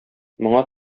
моңа